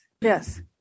Yes